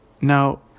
Now